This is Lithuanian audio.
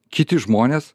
kiti žmonės